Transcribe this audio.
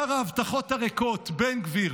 שר ההבטחות הריקות בן גביר,